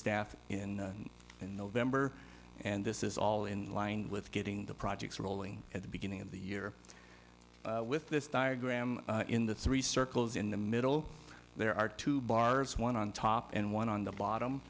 staff in in the event and this is all in line with getting the projects rolling at the beginning of the year with this diagram in the three circles in the middle there are two bars one on top and one on the bottom